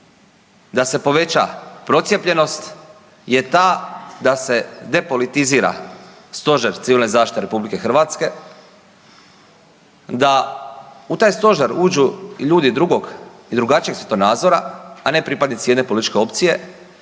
da se poveća procijepljenost je ta da se depolitizira Stožer civilne zaštite RH, da u taj stožer uđu ljudi drugog i drugačijeg svjetonazora, a ne pripadnici jedne političke opcije